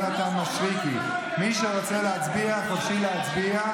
אנחנו צריכים להיות בדיונים.